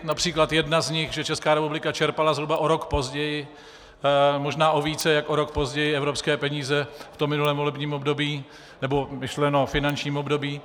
Například jedna z nich, že Česká republika čerpala zhruba o rok později, možná o více než o rok později evropské peníze v minulém volebním období, nebo myšleno finančním období.